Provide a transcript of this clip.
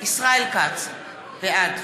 ישראל כץ, בעד